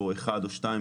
אחד או שניים.